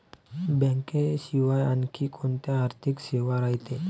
बँकेशिवाय आनखी कोंत्या आर्थिक सेवा रायते?